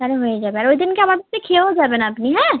তাহলে হয়ে যাবে আর ওই দিনকে আমার খেয়েও যাবেন আপনি হ্যাঁ